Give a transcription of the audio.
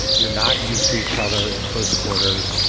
you're not used to each other in close quarters.